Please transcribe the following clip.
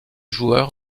joueur